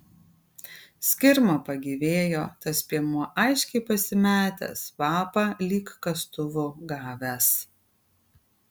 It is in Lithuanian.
skirma pagyvėjo tas piemuo aiškiai pasimetęs vapa lyg kastuvu gavęs